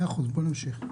מאה אחוז, בואי נמשיך.